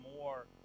more